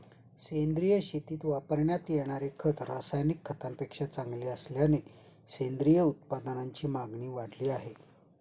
सेंद्रिय शेतीत वापरण्यात येणारे खत रासायनिक खतांपेक्षा चांगले असल्याने सेंद्रिय उत्पादनांची मागणी वाढली आहे